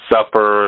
Supper